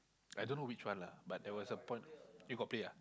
I don't know which one lah but there was point you got play ah